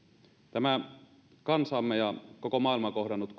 tämä kansaamme ja koko maailmaa kohdannut